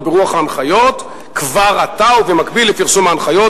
ברוח ההנחיות כבר עתה ובמקביל לפרסום ההנחיות,